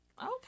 Okay